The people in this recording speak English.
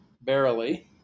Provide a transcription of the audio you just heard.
barely